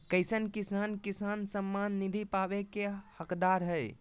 कईसन किसान किसान सम्मान निधि पावे के हकदार हय?